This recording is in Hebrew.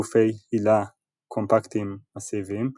גופי הילה קומפקטיים מסיביים ,